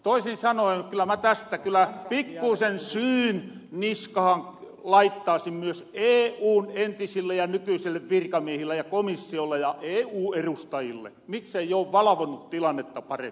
toisin sanoen kyllä mä tästä pikkuusen syyn niskahan laittaasin myös eun entisille ja nykyisille virkamiehille ja komissiolle ja eu erustajille mikseivät ole valvoneet tilannetta paremmin